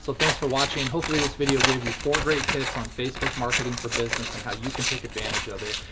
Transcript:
so thanks for watching. hopefully, this video gave you four great tips on facebook marketing for business and how you can take advantage of it.